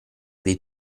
dei